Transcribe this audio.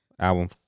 album